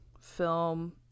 film